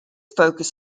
focus